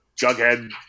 Jughead